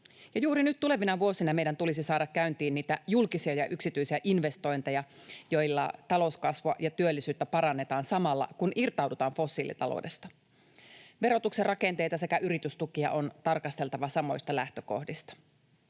Juuri tulevina vuosina meidän tulisi saada käyntiin niitä julkisia ja yksityisiä investointeja, joilla talouskasvua ja työllisyyttä parannetaan samalla, kun irtaudutaan fossiilitaloudesta. Verotuksen rakenteita sekä yritystukia on tarkasteltava samoista lähtökohdista.